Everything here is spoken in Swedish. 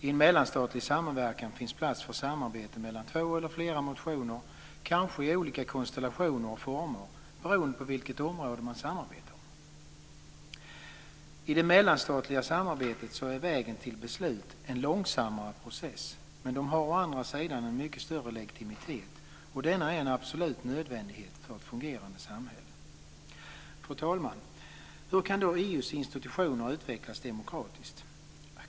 I en mellanstatlig samverkan finns plats för samarbete mellan två eller flera nationer, kanske i olika konstellationer och former, beroende på vilket område man samarbetar om. I det mellanstatliga samarbetet är vägen till beslut en långsammare process, men de har å andra sidan en mycket större legitimitet och denna är en absolut nödvändighet för ett fungerande samhälle. Fru talman! Hur kan då EU:s institutioner utvecklas demokratiskt?